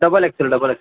double excel double x